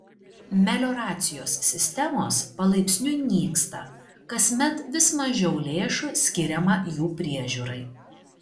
melioracijos sistemos palaipsniui nyksta kasmet vis mažiau lėšų skiriama jų priežiūrai